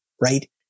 right